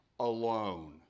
alone